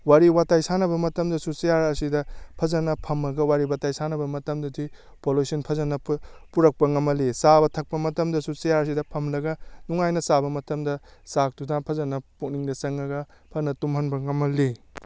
ꯋꯥꯔꯤ ꯋꯥꯇꯥꯏ ꯁꯥꯟꯅꯕ ꯃꯇꯝꯗꯁꯨ ꯆꯤꯌꯥꯔ ꯑꯁꯤꯗ ꯐꯖꯅ ꯐꯝꯃꯒ ꯋꯥꯔꯤ ꯋꯥꯇꯥꯏ ꯁꯥꯟꯅꯕ ꯃꯇꯝꯗꯗꯤ ꯄꯣꯂꯣꯏꯁꯤꯟ ꯐꯖꯅ ꯄꯨꯔꯛꯄ ꯉꯝꯍꯜꯂꯤ ꯆꯥꯕ ꯊꯛꯄ ꯃꯇꯝꯗꯁꯨ ꯆꯤꯌꯥꯔꯁꯤꯗ ꯐꯝꯂꯒ ꯅꯨꯡꯉꯥꯏꯅ ꯆꯥꯕ ꯃꯇꯝꯗ ꯆꯥꯛꯇꯨꯅ ꯐꯖꯅ ꯄꯨꯛꯅꯤꯡꯗ ꯆꯪꯉꯒ ꯐꯖꯅ ꯇꯨꯝꯍꯟꯕ ꯉꯝꯍꯜꯂꯤ